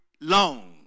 Long